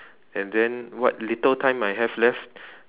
and then what little time I have left